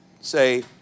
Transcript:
say